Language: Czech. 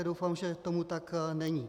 Doufám, že tomu tak není.